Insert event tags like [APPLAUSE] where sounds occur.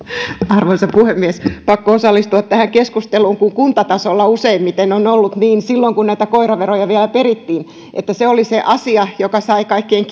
arvoisa puhemies pakko osallistua tähän keskusteluun kun kuntatasolla useimmiten on ollut niin silloin kun näitä koiraveroja vielä perittiin että se oli se asia joka sai kaikkein [UNINTELLIGIBLE]